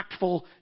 impactful